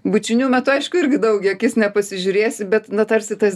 bučinių metu aišku irgi daug į akis nepasižiūrėsi bet na tarsi tas